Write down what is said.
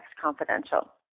Confidential